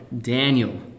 Daniel